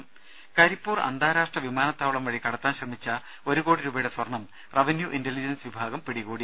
ദേശ കരിപ്പൂർ അന്താരാഷ്ട്ര വിമാനത്താവളംവഴി കടത്താൻ ശ്രമിച്ച ഒരുകോടി രൂപയുടെ സ്വർണം റവന്യൂ ഇന്റലിജൻസ് വിഭാഗം പിടികൂടി